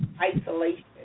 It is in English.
isolation